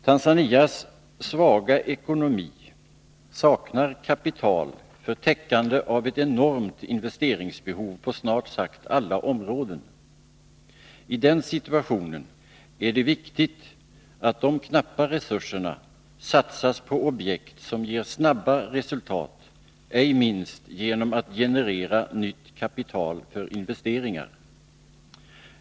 Tanzanias svaga ekonomi saknar kapital för täckande av ett enormt investeringsbehov på snart sagt alla områden. I den situationen är det viktigt att de knappa resurserna satsas på objekt som ger snabba resultat, ej minst genom att generera nytt kapital för investeringar.